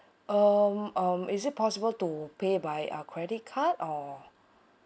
um um is it possible to pay by a credit card or